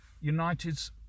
United's